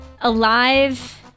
Alive